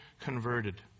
converted